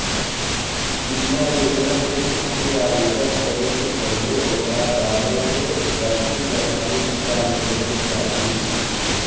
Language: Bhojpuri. बीमा योजना के खातिर आवेदन करे से पहिले ओकरा बारें में अच्छी जानकारी जुटा लेवे क चाही